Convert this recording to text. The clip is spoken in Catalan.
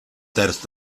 terç